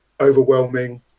overwhelming